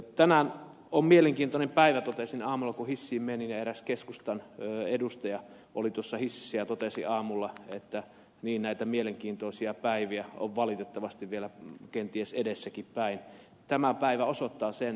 tänään on mielenkiintoinen päivä totesin aamulla kun hissiin menin ja eräs keskustan edustaja oli tuossa hississä ja totesi aamulla että niin näitä mielenkiintoisia päiviä on valitettavasti vielä kenties edessäpäinkin